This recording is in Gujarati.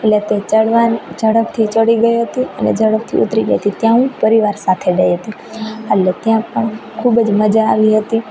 એટલે તે ચડવાનું ઝડપથી ચડી ગઈ હતી ઝડપથી ઉતરી ગઈ હતી ત્યાં હું પરિવાર સાથે ગઈ હતી એટલે ત્યાં પણ ખૂબ જ મજા આવી હતી